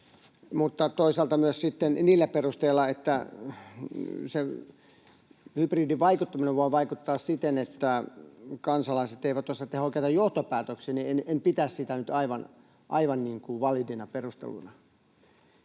mutta toisaalta myös sitten niillä perusteilla, että se hybridivaikuttaminen voi vaikuttaa siten, että kansalaiset eivät osaa tehdä oikeita johtopäätöksiä, niin en pitäisi tätä nyt aivan validina perusteluna.